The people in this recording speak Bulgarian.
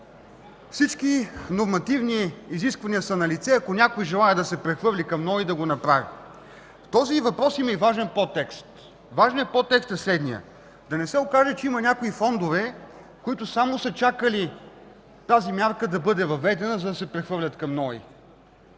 всички нормативни изисквания са налице и ако някой желае да се прехвърли към НОИ, да го направи. Този въпрос има и важен подтекст. Той е следният. Да не се окаже, че има някои фондове, които само са чакали тази мярка да бъде въведена, за да се прехвърлят към НОИ.